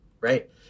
right